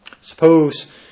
suppose